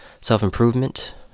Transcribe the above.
self-improvement